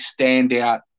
standout